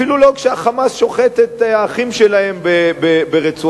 אפילו לא כשה"חמאס" שוחט את האחים שלהם ברצועת-עזה,